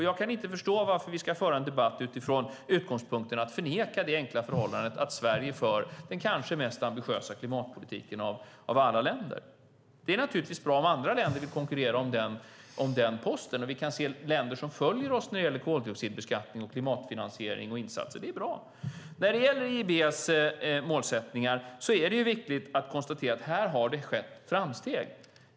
Jag kan inte förstå varför vi ska föra en debatt med utgångspunkt i ett förnekande av det enkla förhållandet att Sverige för den kanske ambitiösaste klimatpolitiken av alla länder. Men det är naturligtvis bra om andra länder vill konkurrera om den posten. Vi kan se länder som följer oss när det gäller koldioxidbeskattning, klimatfinansiering och insatser, och det är bra. När det gäller EIB:s målsättningar är det viktigt att konstatera att det har skett framsteg.